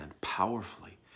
powerfully